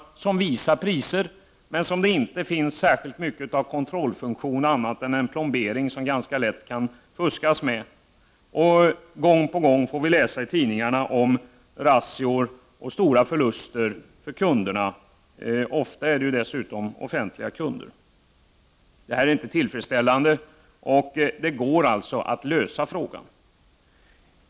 Dessa ger visserligen en prisuppgift, men det finns inte särskilt mycket av kontrollfunktion, bara en plombering som det ganska lätt kan fuskas med. Gång på gång får vi i tidningarna läsa om razzior och stora förluster för kunderna, ofta dessutom offentliga kunder. Detta är inte tillfredsställande, och dessa problem kan lösas.